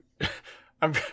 I'm-